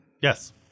Yes